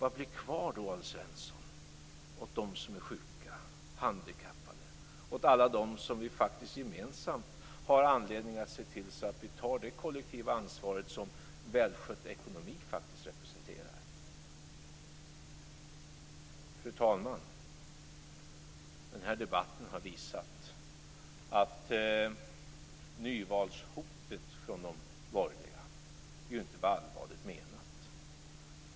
Vad blir då kvar, Alf Svensson, åt dem som är sjuka och handikappade och åt alla dem som vi har anledning att se till att vi gemensamt tar det kollektiva ansvaret för i en välskött ekonomi? Fru talman! Den här debatten har visat att nyvalshotet från de borgerliga inte var allvarligt menat.